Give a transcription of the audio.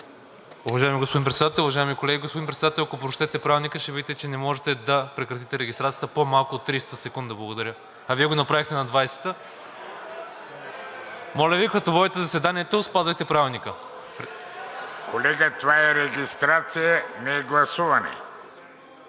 Колега, това е регистрация, не е гласуване.